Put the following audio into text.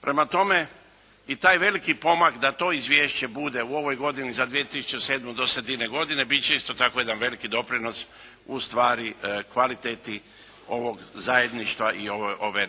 Prema tome, i taj veliki pomak da to izvješće bude u ovoj godini za 2007. do sredine godine bit će isto tako jedan veliki doprinos u stvari kvaliteti ovog zajedništva i ove